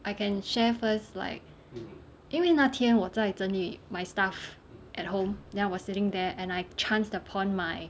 I can share first like 因为那天我在整理 my stuff at home then I was sitting there and I chanced upon my